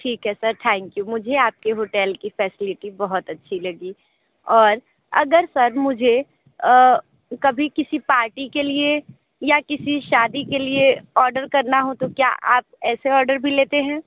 ठीक है sir thank you मुझे आपके होटल की फैसिलिटी बहुत अच्छी लगी और अगर सर मुझे कभी किसी पार्टी के लिए या किसी शादी के लिए ऑर्डर करना हो तो क्या आप ऐसे ऑर्डर भी लेते हैं